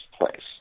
place